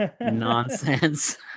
nonsense